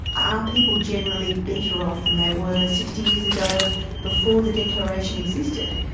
are people generally better off than they were sixty years ago before the declaration existed?